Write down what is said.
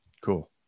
Cool